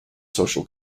social